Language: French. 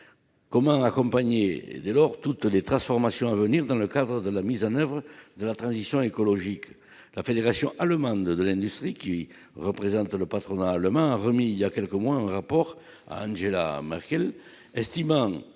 comment accompagner et dès lors toutes les transformations à venir dans le cadre de la mise en oeuvre de la transition écologique,